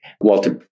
Walter